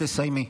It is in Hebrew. תסיימי,